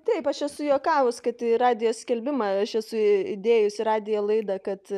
taip aš esu juokavus kad į radijo skelbimą aš esu įdėjusi į radijo laidą kad